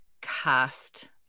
cast